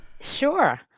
Sure